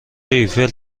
ایفل